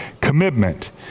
commitment